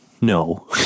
no